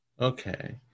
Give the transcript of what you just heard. Okay